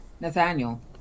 Nathaniel